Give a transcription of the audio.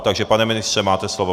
Takže pane ministře, máte slovo.